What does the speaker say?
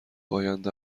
آینده